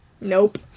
Nope